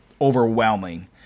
overwhelming